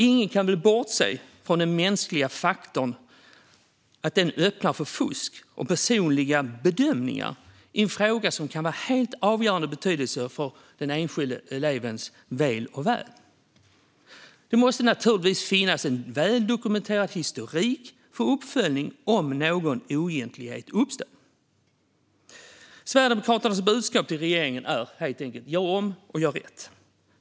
Ingen kan väl bortse från att den mänskliga faktorn öppnar för fusk och personliga bedömningar i en fråga som kan vara av helt avgörande betydelse för den enskilda elevens väl och ve. Det måste naturligtvis finnas en väldokumenterad historik för uppföljning om någon oegentlighet uppstår. Sverigedemokraternas budskap till regeringen är helt enkelt: Gör om och gör rätt!